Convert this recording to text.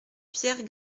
pierre